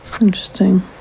Interesting